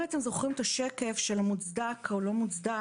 אם אתם זוכרים את השקף של המוצדק או לא מוצדק